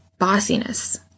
bossiness